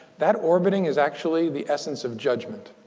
that orbiting is actually the essence of judgement.